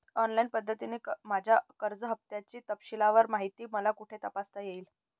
Online पद्धतीने माझ्या कर्ज हफ्त्याची तपशीलवार माहिती मला कुठे तपासता येईल?